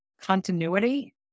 continuity